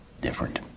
different